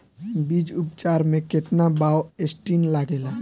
बीज उपचार में केतना बावस्टीन लागेला?